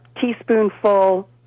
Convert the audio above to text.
teaspoonful